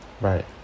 Right